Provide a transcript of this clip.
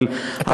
אבל הרצון,